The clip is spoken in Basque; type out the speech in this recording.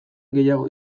gehiago